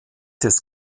des